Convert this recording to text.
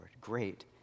Great